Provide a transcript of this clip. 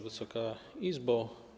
Wysoka Izbo!